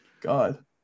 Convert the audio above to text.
God